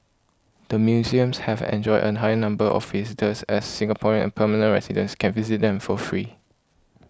the museums have enjoyed a higher number of visitors as Singaporeans and permanent residents can visit them for free